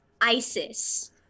ISIS